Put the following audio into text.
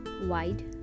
wide